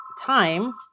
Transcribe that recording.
time